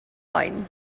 oen